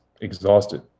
exhausted